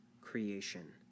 creation